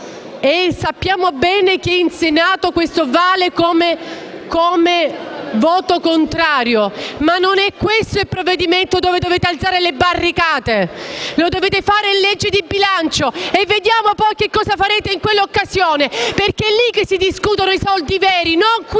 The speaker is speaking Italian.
e sappiamo bene che in Senato questo vale come voto contrario. Non è questo il provvedimento in cui dovete alzare le barricate: lo dovete fare in legge di bilancio, e vedremo cosa farete in quella occasione, perché è li che si discutono i soldi veri, non qui